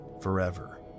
forever